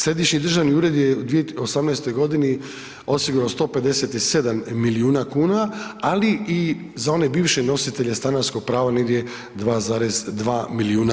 Središnji državni ured je u 2018. g. osigurao 157 milijuna kuna ali i za one bivše nositelje stanarskog prava, negdje 2,2 milijuna.